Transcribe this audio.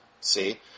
See